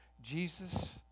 Jesus